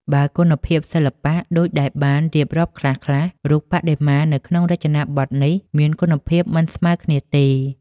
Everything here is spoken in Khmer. បើគុណភាពសិល្បៈ ដូចដែលបានរៀបរាប់ខ្លះៗ រូបបដិមានៅក្នុងរចនាបថនេះមានគុណភាព មិនស្មើគ្នាទេ។